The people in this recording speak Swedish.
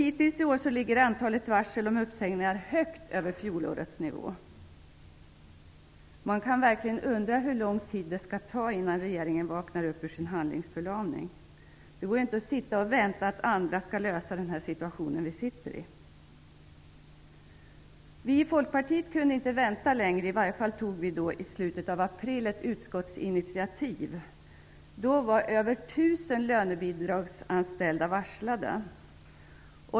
Hittills i år ligger nivån på antalet varsel om uppsägningar högt över fjolårets nivå. Man kan verkligen undra hur lång tid det skall ta innan regeringen vaknar upp ur sin handlingsförlamning. Det går inte att sitta och vänta på att andra skall lösa den situation som vi befinner oss i. Vi i Folkpartiet kunde inte vänta längre. I slutet av april tog vi ett initiativ i utskottet. Då var över 1 000 lönebidragsanställda varslade.